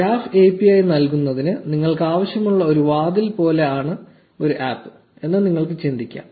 graph API നൽകുന്നതിന് നിങ്ങൾക്ക് ആവശ്യമുള്ള ഒരു വാതിൽ പോലെ ആണ് ഒരു ആപ്പ് എന്ന് നിങ്ങൾക്ക് ചിന്തിക്കാം